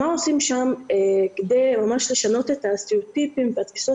מה עושים שם כדי ממש לשנות את הסטריאוטיפים והתפיסות